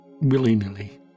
willy-nilly